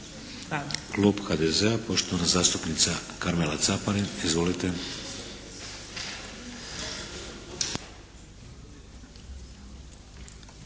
Klub HDZ-a poštovana zastupnica Karmela Caparin. Izvolite.